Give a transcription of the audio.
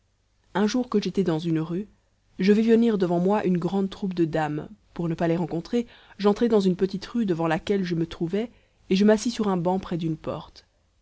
un jour que j'étais dans une rue je vis venir devant moi une grande troupe de dames pour ne pas les rencontrer j'entrai dans une petite rue devant laquelle je me trouvais et je m'assis sur un banc près d'une porte